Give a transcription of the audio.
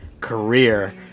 career